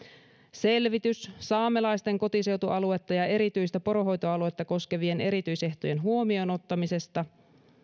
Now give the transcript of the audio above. selvitys saamelaisten kotiseutualuetta ja erityistä poronhoitoaluetta koskevien erityisehtojen huomioonottamisesta